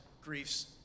griefs